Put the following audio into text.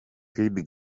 kid